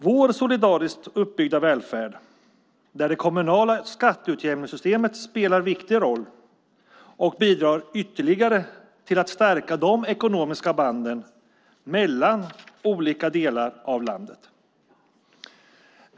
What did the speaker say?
Vår solidariskt uppbyggda välfärd, där det kommunala skatteutjämningssystemet spelar en viktig roll, bidrar ytterligare till att stärka de ekonomiska banden mellan olika delar av landet.